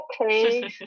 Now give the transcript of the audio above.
okay